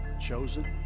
chosen